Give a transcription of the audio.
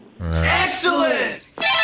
Excellent